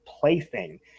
plaything